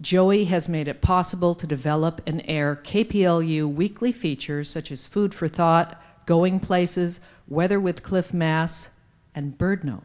joey has made it possible to develop an air cape p l u weekly features such as food for thought going places weather with cliff mass and bird no